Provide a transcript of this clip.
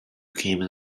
became